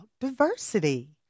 Diversity